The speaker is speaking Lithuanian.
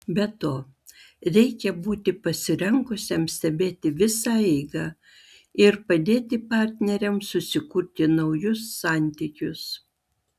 be to reikia būti pasirengusiam stebėti visą eigą ir padėti partneriams susikurti naujus santykius